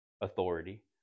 authority